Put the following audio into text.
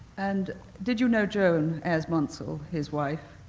and did you know joan asmunsel, his wife?